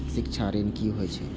शिक्षा ऋण की होय छै?